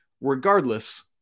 Regardless